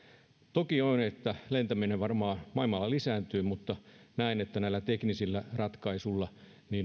toki on niin että lentäminen varmaan maailmalla lisääntyy mutta näen että näillä teknisillä ratkaisuilla